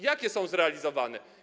Jakie są zrealizowane?